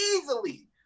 easily